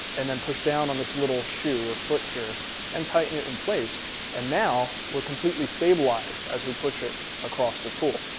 and then push down on this little shoe or foot here and tighten it in place and now we're completely stabilized as we push it across the tool.